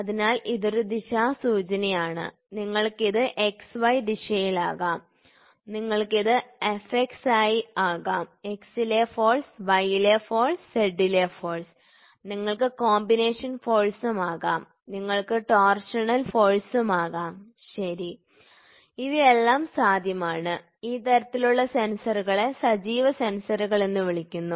അതിനാൽ ഇതൊരു ദിശാസൂചനയാണ് നിങ്ങൾക്ക് ഇത് x y ദിശയിൽ ആകാം നിങ്ങൾക്ക് ഇത് Fx ആയി ആകാം x ലെ ഫോഴ്സ് y ലെ ഫോഴ്സ് z ലെ ഫോഴ്സ് നിങ്ങൾക്ക് കോമ്പിനേഷൻ ഫോഴ്സും ഉണ്ടാകാം നിങ്ങൾക്ക് ടോർഷണൽ ഫോഴ്സും ഉണ്ടാകാം ശരി ഇവയെല്ലാം സാധ്യമാണ് ഈ തരത്തിലുള്ള സെൻസറുകളെ സജീവ സെൻസറുകൾ എന്ന് വിളിക്കുന്നു